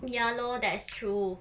ya lor that's true